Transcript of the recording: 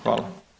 Hvala.